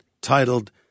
titled